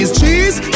cheese